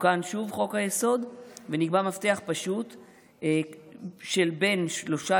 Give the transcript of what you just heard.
תוקן שוב חוק-היסוד ונקבע מפתח פשוט של בין שלושה